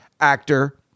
Actor